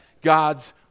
God's